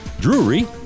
Drury